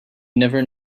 never